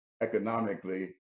economically